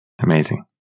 Amazing